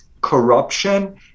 corruption